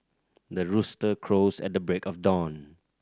the rooster crows at the break of dawn